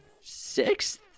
Sixth